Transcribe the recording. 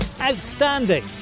Outstanding